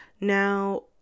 Now